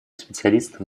специалистов